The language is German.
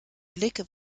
blick